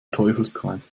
teufelskreis